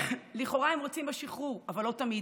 לכאורה הם רוצים בשחרור, אבל לא תמיד,